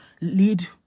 lead